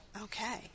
Okay